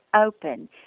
open